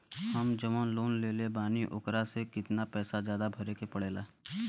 हम जवन लोन लेले बानी वोकरा से कितना पैसा ज्यादा भरे के पड़ेला?